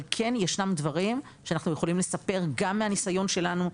אבל כן ישנם דברים שאנחנו יכולים לספר גם מהנסיון שלנו,